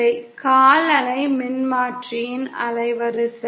இது கால் அலை மின்மாற்றியின் அலைவரிசை